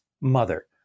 mother